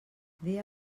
dia